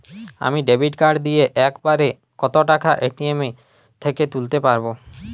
আমি debit card দিয়ে এক বারে কত টাকা এ.টি.এম থেকে তুলতে পারবো?